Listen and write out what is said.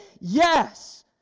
Yes